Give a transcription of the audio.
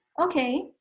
Okay